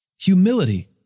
humility